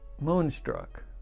Moonstruck